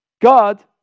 God